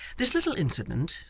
this little incident,